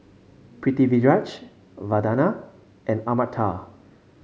Pritiviraj Vandana and Amartya